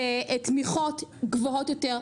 בתמיכות גבוהות יותר,